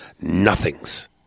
nothings